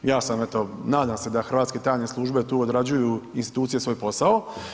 Ja sam eto, nadam se da hrvatske tajne službe tu odrađuju, institucije svoj posao.